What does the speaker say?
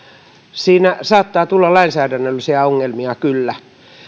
siinä saattaa tulla lainsäädännöllisiä ongelmia kyllä